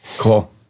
Cool